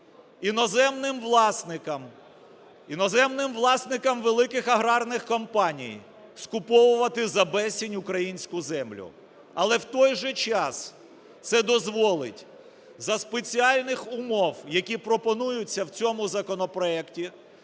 іноземним власникам великих аграрних компаній скуповувати за безцінь українську землю. Але, в той же час, це дозволить за спеціальних умов, які пропонуються в цьому законопроекті,